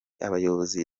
abayoboke